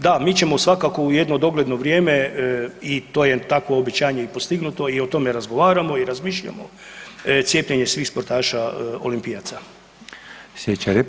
Da, mi ćemo svakako u jedno dogledno vrijeme i to je takvo obećanje i postignuto i o tome razgovaramo i razmišljamo cijepljenje svih sportaša olimpijaca.